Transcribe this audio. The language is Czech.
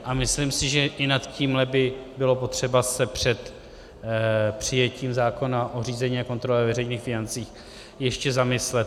A myslím si, že i nad tímhle by bylo potřeba se před přijetím zákona o řízení a kontrole veřejných financí ještě zamyslet.